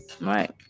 Right